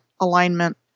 alignment